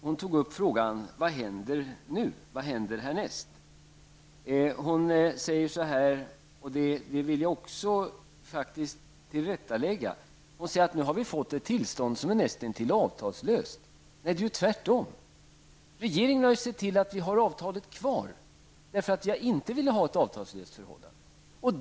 Hon ställde frågan: Vad händer nu, vad händer härnäst? Sedan säger hon någonting som jag vill tillrättalägga: Nu har vi fått ett tillstånd som är nästan avtalslöst. Det är ju tvärtom. Regeringen har ju sett till att vi har avtalet kvar, eftersom vi inte ville ha ett avtalslöst förhållande.